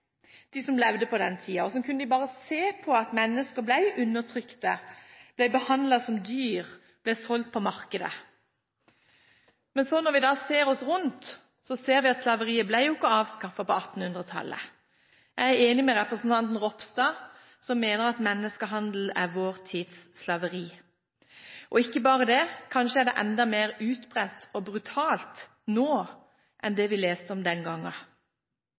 de som levde på den tiden? Hvordan kunne de bare se på at mennesker ble undertrykt, ble behandlet som dyr og ble solgt på markedet? Men så, når vi ser oss rundt, ser vi at slaveriet ble jo ikke avskaffet på 1800-tallet. Jeg er enig med representanten Ropstad, som mener at menneskehandel er vår tids slaveri. Og ikke bare det, kanskje er det enda mer utbredt og brutalt nå enn det vi leste om den gangen.